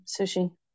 sushi